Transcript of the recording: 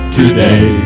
today